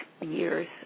years